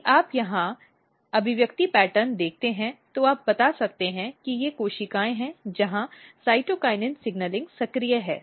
यदि आप यहां अभिव्यक्ति पैटर्न देखते हैं तो आप बता सकते हैं कि ये कोशिकाएं हैं जहां साइटोकिनिन सिग्नलिंग सक्रिय हैं